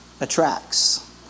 attracts